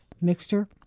mixture